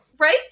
right